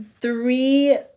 three